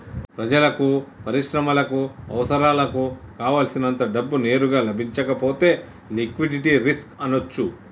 ప్రజలకు, పరిశ్రమలకు అవసరాలకు కావల్సినంత డబ్బు నేరుగా లభించకపోతే లిక్విడిటీ రిస్క్ అనొచ్చు